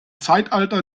zeitalter